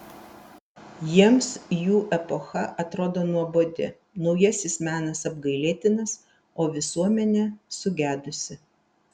jiems jų epocha atrodo nuobodi naujasis menas apgailėtinas o visuomenė sugedusi